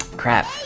crap